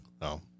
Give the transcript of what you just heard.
no